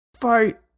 fight